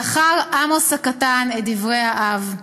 זכר עמוס הקטן את דברי האב: